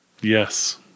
Yes